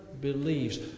believes